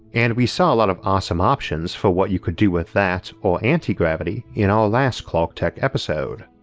and we saw a lot of awesome options for what you could do with that or anti-gravity in our last clarketech episode.